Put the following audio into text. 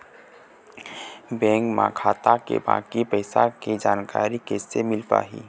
Bank म खाता के बाकी पैसा के जानकारी कैसे मिल पाही?